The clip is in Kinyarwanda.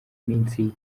minsi